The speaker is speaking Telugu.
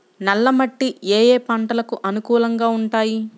నల్ల మట్టి ఏ ఏ పంటలకు అనుకూలంగా ఉంటాయి?